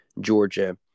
Georgia